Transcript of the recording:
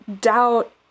doubt